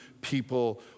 people